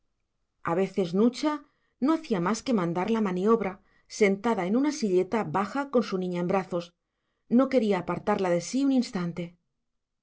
a veces nucha no hacía más que mandar la maniobra sentada en una silleta baja con su niña en brazos no quería apartarla de sí un instante julián trabajaba por dos tenía